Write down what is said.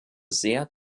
sehr